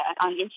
On